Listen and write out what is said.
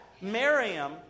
Miriam